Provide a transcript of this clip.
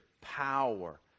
power